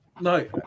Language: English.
no